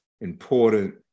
important